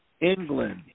England